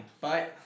bye